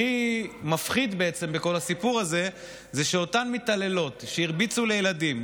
הכי מפחיד בכל הסיפור הזה הוא שאותן מתעללות שהרביצו לילדים,